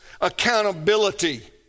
accountability